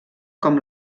com